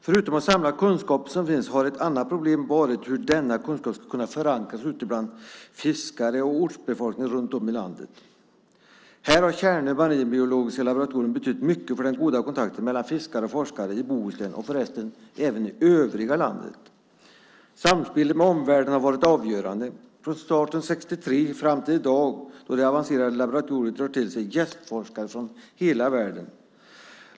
Förutom att samla de kunskaper som finns har ett problem varit hur dessa kunskaper ska kunna förankras ute bland fiskare och ortsbefolkning runt om i landet. Här har Tjärnö marinbiologiska laboratorium betytt mycket för den goda kontakten mellan fiskare och forskare i Bohuslän och förresten även i övriga landet. Samspelet med omvärlden har varit avgörande. Från starten 1963 fram till i dag har det avancerade laboratoriet dragit till sig gästforskare från hela världen.